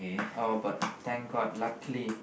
oh but thank god luckily